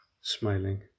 smiling